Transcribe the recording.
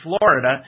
Florida